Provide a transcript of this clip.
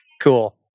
cool